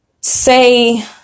say